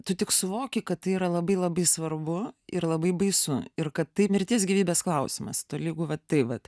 tu tik suvoki kad tai yra labai labai svarbu ir labai baisu ir kad tai mirties gyvybės klausimas tolygu va tai vat